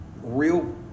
Real